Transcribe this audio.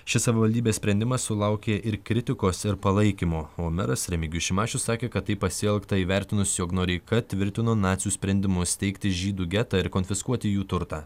šis savivaldybės sprendimas sulaukė ir kritikos ir palaikymo o meras remigijus šimašius sakė kad taip pasielgta įvertinus jog noreika tvirtino nacių sprendimus steigti žydų getą ir konfiskuoti jų turtą